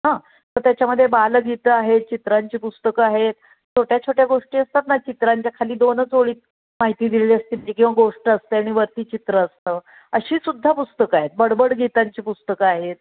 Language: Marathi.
हां तर त्याच्यामध्ये बालगीतं आहेत चित्रांची पुस्तकं आहेत छोट्या छोट्या गोष्टी असतात ना चित्रांच्या खाली दोनच ओळीत माहिती दिलेली असते जी किंवा गोष्ट असते आणि वरती चित्र असतं अशी सुद्धा पुस्तकं आहेत बडबड गीतांची पुस्तकं आहेत